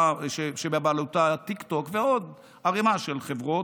שבבעלותן טיקטוק ועוד ערמה של חברות: